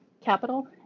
capital